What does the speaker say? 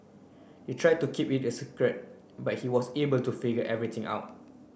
they tried to keep it a secret but he was able to figure everything out